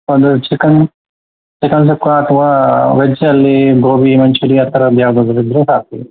ಒಂದು chicken chicken sukka ಅಥವಾ ವೆಜ್ಜಲ್ಲಿ ಗೋಬಿ ಮಂಚೂರಿ ಆ ಥರದ್ದು ಯಾವುದಾದ್ರು ಇದ್ದರೆ ಸಾಕು